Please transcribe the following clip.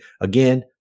Again